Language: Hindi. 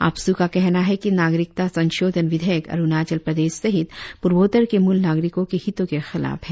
आप्सू का कहना है कि नागरिकता संशोधन विधेयक अरुणाचल प्रदेश सहित पूर्वोत्तर के मूल नागरिकों के हितों के खिलाफ है